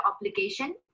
obligation